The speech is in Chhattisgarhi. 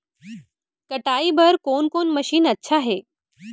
कटाई बर कोन कोन मशीन अच्छा हे?